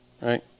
right